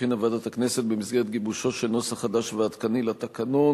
שהכינה ועדת הכנסת במסגרת גיבושו של נוסח חדש ועדכני לתקנון,